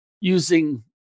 using